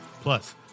Plus